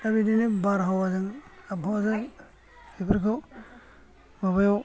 दा बिदिनो बारहावाजों आबहावाजों बेफोरखौ माबायाव